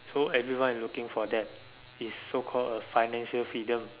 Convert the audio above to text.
so everyone is looking for that is so called a financial freedom